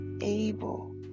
able